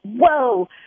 whoa